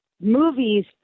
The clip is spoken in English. Movies